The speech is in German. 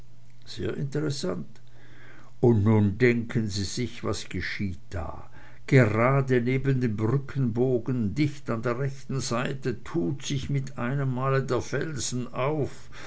sehr interessant und nun denken sie sich was geschieht da grade neben dem brückenbogen dicht an der rechten seite tut sich mit einem male der felsen auf